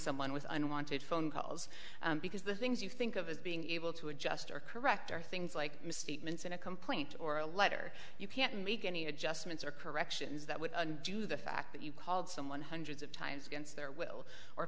someone with unwanted phone calls because the things you think of as being able to adjust are correct are things like misstatements in a complaint or a letter you can't make any adjustments or corrections that would do the fact that you called someone hundreds of times against their will or